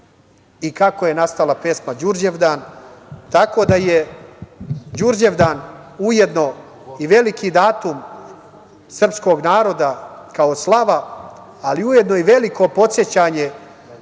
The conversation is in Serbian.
i kako je nastala pesma „Đurđevdan“, tako da je Đurđevdan ujedno i veliki datum srpskog naroda, kao slava, ali ujedno i veliko podsećanje